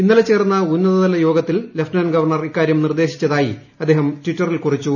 ഇന്നലെ ചേർന്ന ഉന്നതതല യോഗത്തിൽ ലഫ്റ്റനന്റ് ഗവർണർ ഇക്കാര്യം നിർദ്ദേശിച്ചതായി അദ്ദേഹം ടിറ്ററിൽ കുറിച്ചു